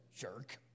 Jerk